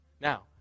Now